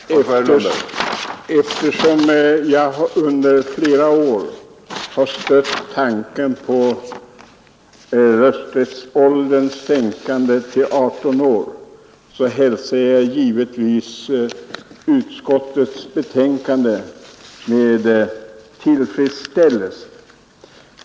Herr talman! Eftersom jag under flera år har stött tanken på rösträttsålderns sänkande till 18 år hälsar jag givetvis utskottets betänkande med tillfredsställelse.